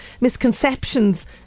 misconceptions